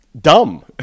dumb